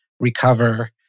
Recover